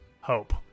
hope